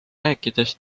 rääkides